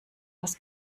was